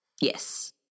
Yes